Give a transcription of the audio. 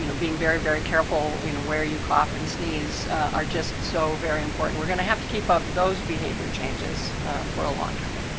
you know being very, very creafl you know where you cough and sneeze are just so very important. we're going to have to keep up those behavior changes for a long time?